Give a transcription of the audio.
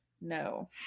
No